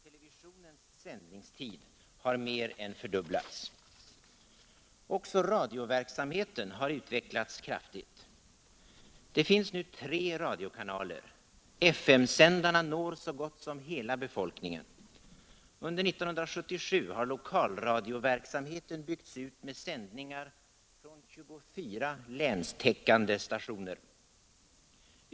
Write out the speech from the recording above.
Televisionens sändningstid har mer än fördubblats. Också radioverksamheten har utvecklats kraftigt. Det finns nu tre radiokanaler. FM-sändarna når så gott som hela befolkningen. Under 1977 har lokalradioverksamheten byggts ut med sändningar från 24 länstäckande stationer.